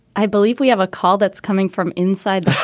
i believe we have a call that's coming from inside